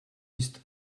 ist